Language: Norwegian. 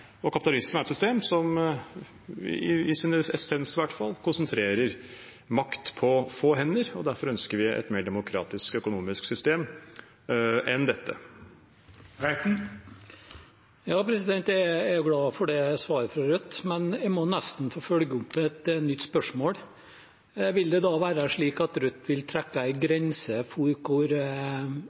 Kapitalisme er et system som i sin essens i hvert fall konsentrerer makt på få hender, og derfor ønsker vi et mer demokratisk økonomisk system enn dette. Jeg er glad for det svaret fra Rødt, men jeg må nesten følge opp med et nytt spørsmål. Vil det da være slik at Rødt vil trekke en grense for hvor